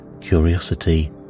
curiosity